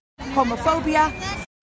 Homophobia